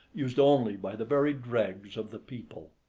used only by the very dregs of the people.